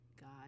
God